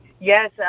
Yes